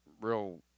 real